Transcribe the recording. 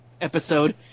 episode